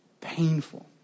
painful